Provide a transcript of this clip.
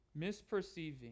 misperceiving